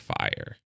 fire